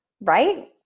right